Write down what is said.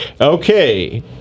Okay